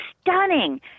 stunning